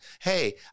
Hey